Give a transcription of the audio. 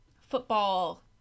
football